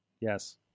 Yes